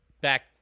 back